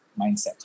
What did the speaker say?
mindset